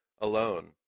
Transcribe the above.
alone